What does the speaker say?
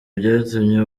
byatumye